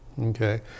Okay